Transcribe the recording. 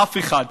אף אחד.